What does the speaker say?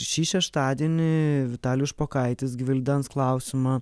šį šeštadienį vitalijus špokaitis gvildens klausimą